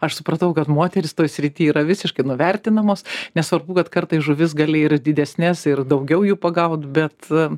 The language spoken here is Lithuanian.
aš supratau kad moterys toj srity yra visiškai nuvertinamos nesvarbu kad kartais žuvis gali ir didesnes ir daugiau jų pagaut bet